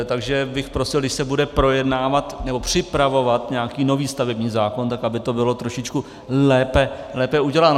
Takže bych prosil, když se bude projednávat nebo připravovat nějaký nový stavební zákon, tak aby to bylo trošičku lépe uděláno.